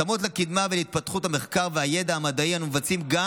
התאמות לקדמה ולהתפתחות המחקר והידע המדעי אנו מבצעים גם